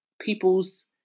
people's